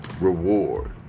reward